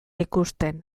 ikusten